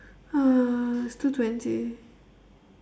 uh it's two twenty